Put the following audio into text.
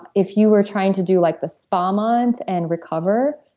if you were trying to do like the spa-month and recover,